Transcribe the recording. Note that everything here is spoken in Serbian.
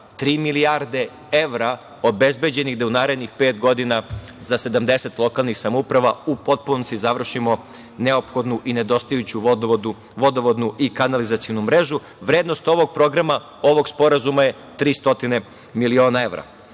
milijarde evra obezbeđenih da u narednih pet godina za 70 lokalnih samouprava u potpunosti završimo neophodnu i nedostajuću vodovodnu i kanalizacionu mrežu. Vrednost ovog programa, ovog sporazuma je 300 miliona